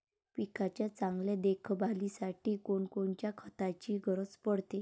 पिकाच्या चांगल्या देखभालीसाठी कोनकोनच्या खताची गरज पडते?